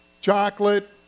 chocolate